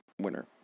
winner